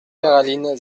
peyralines